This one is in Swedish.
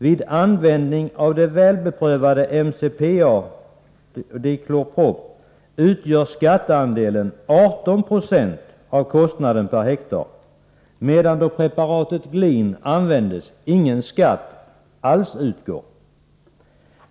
Vid användning av det välbeprövade MCPA och Diklorprop utgör skatteandelen 18 96 av kostnaden per hektar, medan då preparatet Glin används ingen skatt alls utgår.